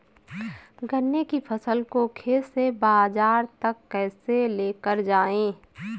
गन्ने की फसल को खेत से बाजार तक कैसे लेकर जाएँ?